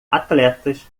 atletas